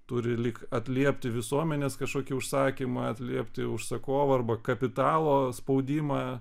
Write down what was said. turi lyg atliepti visuomenės kažkokį užsakymą atliepti užsakovo arba kapitalo spaudimą